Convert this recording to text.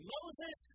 Moses